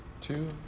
two